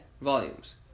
Volumes